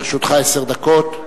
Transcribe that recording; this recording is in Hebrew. לרשותך עשר דקות.